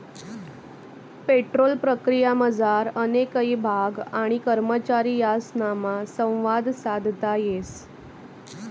petrol प्रक्रियामझार अनेक ईभाग आणि करमचारी यासनामा संवाद साधता येस